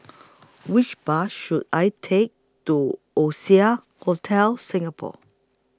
Which Bus should I Take to Oasia Hotel Singapore